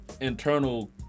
internal